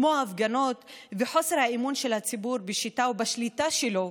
כמו ההפגנות וחוסר האמון של הציבור בשיטה ובשליטה שלו,